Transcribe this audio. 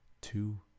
two